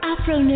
Afro